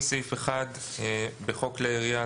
התשפ"ב-2022 תיקון סעיף 1 1. בחוק כלי הירייה,